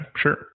sure